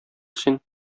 син